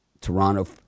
Toronto